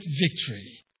victory